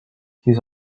his